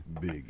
Big